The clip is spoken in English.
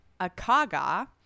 Akaga